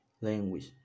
language